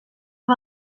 amb